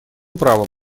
правом